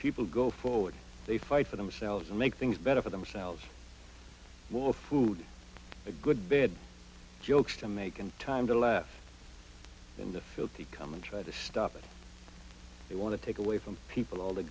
people go forward they fight for themselves and make things better for themselves more food a good bed jokes to make and time to laugh in the field to come and try to stop it they want to take away from people all the